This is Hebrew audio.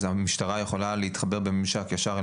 המשטרה יכולה להתחבר בממשק ישר,